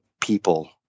people